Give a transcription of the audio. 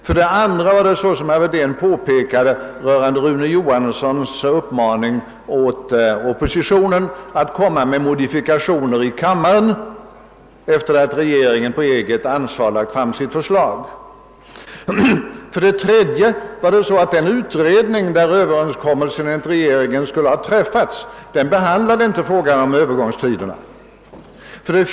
För det andra riktade, som herr Wedén påpekade, inrikesminister Johansson en uppmaning till oppositionen att komma med modifikationer här i kammaren efter det att regeringen på eget ansvar lagt fram sitt förslag. För det tredje behandlade den utredning där överenskommelsen enligt regeringen skulle ha träffats inte frågan om Öövergångstiderna.